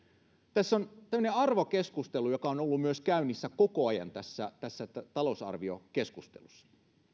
tässä on tämmöinen arvokeskustelu joka myös on ollut käynnissä koko ajan tässä tässä talousarviokeskustelussa